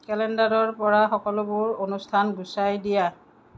কেলেণ্ডাৰৰ পৰা সকলোবোৰ অনুষ্ঠান গুচাই দিয়া